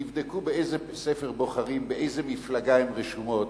תבדקו באיזה ספר בוחרים, באיזו מפלגה הן רשומות,